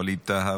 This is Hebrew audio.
ווליד טאהא,